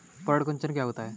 पर्ण कुंचन क्या होता है?